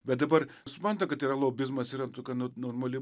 bet dabar supranta kad yra lobizmas yra tokia nu normali